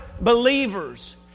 believers